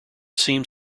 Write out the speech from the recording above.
seems